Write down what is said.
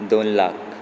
दोन लाख